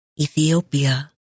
Ethiopia